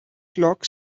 clock